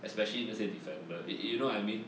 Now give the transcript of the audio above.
especially 那些 defender it you know what I mean